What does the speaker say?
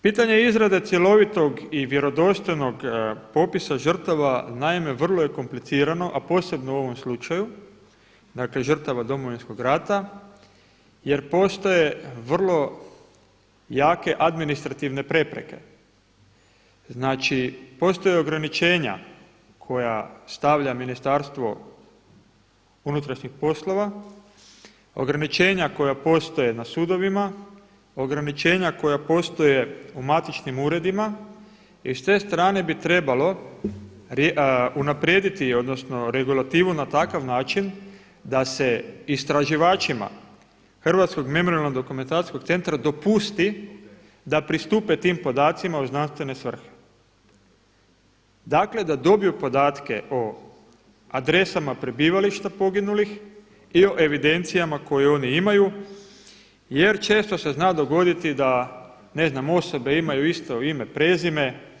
Pitanje izrade cjelovitog i vjerodostojnog popisa žrtava naime vrlo je komplicirano, a posebno u ovom slučaju dakle žrtava Domovinskog rata jer postoje vrlo jake administrativne prepreke, znači postoje ograničenja koje stavlja MUP, ograničenja koja postoje na sudovima, ograničenja koja postoje u matičnim uredima i s te strane bi trebalo unaprijediti odnosno regulativu na takav način da se istraživačima Hrvatskog memorijalno-dokumentacijskog centara dopuste da pristupe tim podacima u znanstvene svrhe, dakle da dobiju podatke o adresama prebivališta poginulih i o evidencijama koje oni imaju jer često se zna dogoditi da osobe imaju isto ime, prezime.